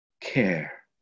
care